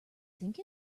think